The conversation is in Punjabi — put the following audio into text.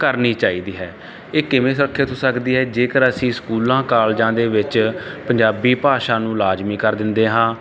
ਕਰਨੀ ਚਾਹੀਦੀ ਹੈ ਇਹ ਕਿਵੇਂ ਸੁਰੱਖਿਅਤ ਹੋ ਸਕਦੀ ਹੈ ਜੇਕਰ ਅਸੀਂ ਸਕੂਲਾਂ ਕਾਲਜਾਂ ਦੇ ਵਿੱਚ ਪੰਜਾਬੀ ਭਾਸ਼ਾ ਨੂੰ ਲਾਜ਼ਮੀ ਕਰ ਦਿੰਦੇ ਹਾਂ ਪੰਜਾਬੀ ਭਾਸ਼ਾ